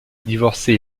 divorcée